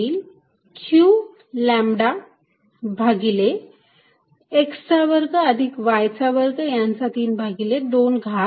माझ्याकडे आता उरेल इंटिग्रल L2 dy भागिले x चा वर्ग अधिक y चा वर्ग यांचा 32 घात